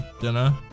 dinner